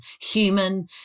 human